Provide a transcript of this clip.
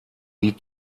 wie